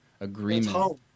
agreement